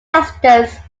justice